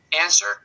Answer